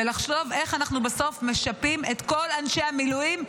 ולחשוב איך אנחנו בסוף משפים את כל אנשי המילואים,